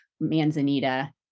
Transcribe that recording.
Manzanita